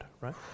right